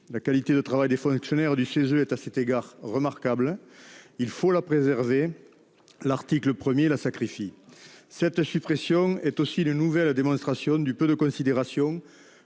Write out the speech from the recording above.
la qualité de travail des fois actionnaire du CESE est à cet égard remarquables, il faut la préserver. L'article 1er la sacrifie. Cette suppression est aussi le nouvelle démonstration du peu de considération